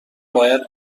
باید